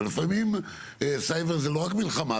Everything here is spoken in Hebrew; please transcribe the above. אבל לפעמים סייבר זה לא רק מלחמה,